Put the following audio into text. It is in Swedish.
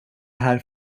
här